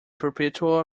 perpetual